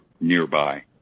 nearby